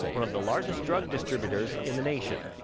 one of the largest drug distributors in the nation.